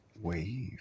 Wave